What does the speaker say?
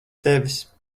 tevis